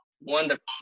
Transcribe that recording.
Wonderful